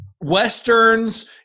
Westerns